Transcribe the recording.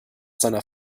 seiner